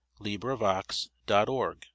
LibriVox.org